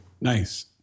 Nice